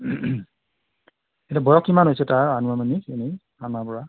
এতিয়া বয়স কিমান হৈছে তাৰ আনুমানিক এনেই অনাৰ পৰা